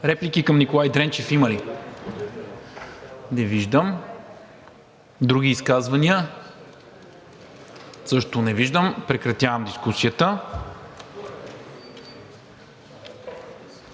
Реплики към Николай Дренчев има ли? Не виждам. Други изказвания? Не виждам. Прекратявам дискусията.